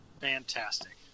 Fantastic